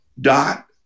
dot